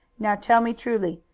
now tell me truly,